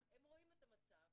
הם רואים את המצב,